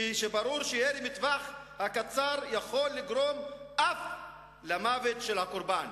כשברור שירי מטווח קצר יכול לגרום אף למוות של הקורבן."